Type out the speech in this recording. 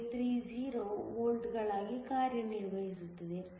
830 ವೋಲ್ಟ್ಗಳಾಗಿ ಕಾರ್ಯನಿರ್ವಹಿಸುತ್ತದೆ